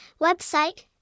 website